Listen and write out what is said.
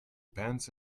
pants